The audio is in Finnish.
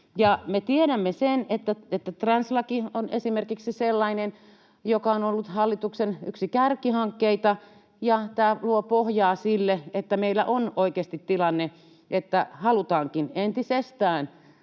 me tiedämme sen, että esimerkiksi translaki on sellainen, joka on ollut hallituksen yksi kärkihankkeita, ja tämä luo pohjaa sille, että meillä on oikeasti tilanne, että halutaankin entisestään